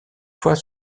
fois